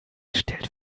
stellt